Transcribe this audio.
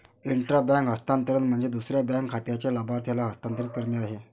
intra bank हस्तांतरण म्हणजे दुसऱ्या बँक खात्याच्या लाभार्थ्याला हस्तांतरित करणे आहे